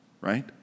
right